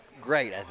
great